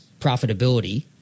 profitability